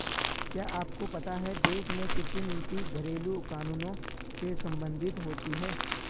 क्या आपको पता है देश में कृषि नीति घरेलु कानूनों से सम्बंधित होती है?